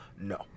No